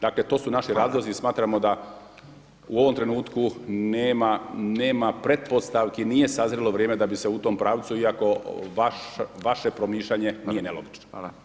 Dakle to su naši razlozi i smatramo da u ovom trenutku nema pretpostavki, nije sazrilo vrijeme da bi se u tome pravcu iako vaše promišljanje nije nelogično.